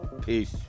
Peace